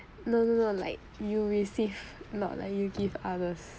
no no no like you receive not like you give others